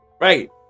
Right